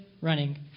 running